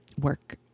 work